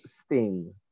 sting